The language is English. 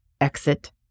exit